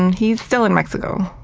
and he's still in mexico.